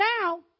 now